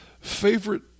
Favorite